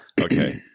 Okay